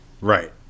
Right